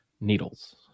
needles